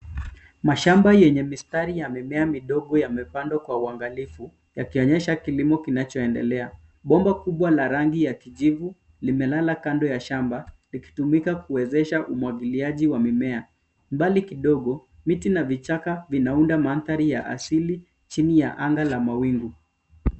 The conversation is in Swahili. Mashamba yenye mistari ya mimea midogo yamepandwa kwa uangalifu yakionyesha kilimo kinachoendelea, bomba kubwa la rangi ya kijivu limelala kando ya shamba likitumika kuwezesha umwagiliaji na mimea, mbali kidogo miti na vichaka vinaunda mandhari ya aisli chini ya anga la mawingu.